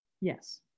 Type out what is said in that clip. Yes